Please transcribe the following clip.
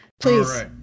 please